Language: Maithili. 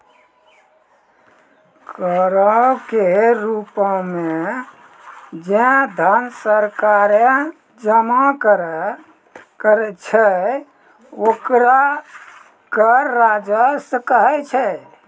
करो के रूपो मे जे धन सरकारें जमा करै छै ओकरा कर राजस्व कहै छै